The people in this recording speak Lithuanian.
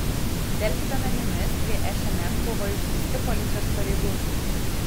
delfi duomenimis prie šmm buvo išsiųsti policijos pareigūnai